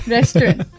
Restaurant